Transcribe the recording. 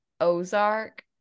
Ozark